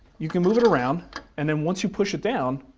you can move it around and then once you push it down,